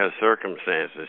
circumstances